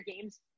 games